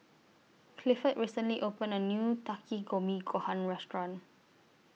Clifford recently opened A New Takikomi Gohan Restaurant